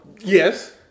Yes